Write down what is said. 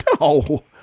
No